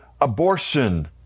abortion